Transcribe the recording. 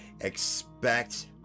expect